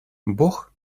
бог